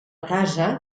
casa